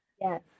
Yes